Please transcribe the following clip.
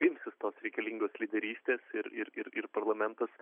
imsis to reikalingos lyderystės ir ir ir ir parlamentas